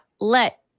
let